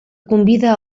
convida